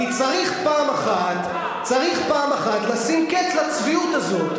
כי צריך פעם אחת לשים קץ לצביעות הזאת.